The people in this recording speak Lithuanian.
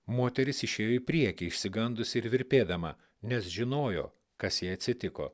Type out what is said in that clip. moteris išėjo į priekį išsigandusi ir virpėdama nes žinojo kas jai atsitiko